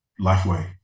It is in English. LifeWay